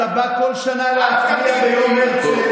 אתה בא כל שנה להפריע ביום הרצל.